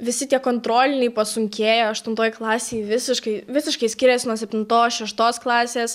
visi tie kontroliniai pasunkėja aštuntoj klasėj visiškai visiškai skiriasi nuo septintos šeštos klasės